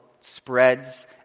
spreads